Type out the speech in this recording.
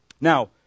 Now